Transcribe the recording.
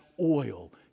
oil